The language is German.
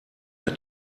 mehr